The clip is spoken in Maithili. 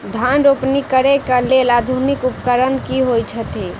धान रोपनी करै कऽ लेल आधुनिक उपकरण की होइ छथि?